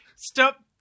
Stop